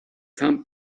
some